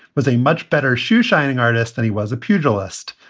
was a much better shoe shining artist, and he was a pugilist.